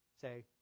Say